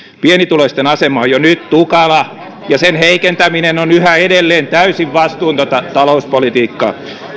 pienituloisten asema on jo nyt tukala ja sen heikentäminen on yhä edelleen täysin vastuutonta talouspolitiikkaa